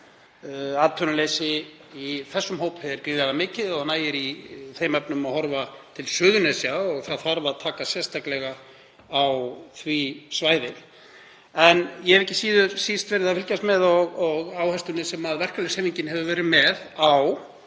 Atvinnuleysi í þessum hópi er gríðarlega mikið og nægir í þeim efnum að horfa til Suðurnesja og það þarf að taka sérstaklega á því svæði. En ég hef ekki síst verið að fylgjast með áherslunni sem verkalýðshreyfingin hefur verið með á